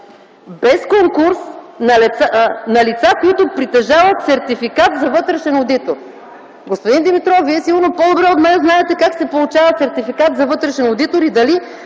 без конкурс на лица, които притежават сертификат за вътрешен одитор. Господин Димитров, Вие сигурно по-добре от мен знаете как се получава сертификат за вътрешен одитор. Дали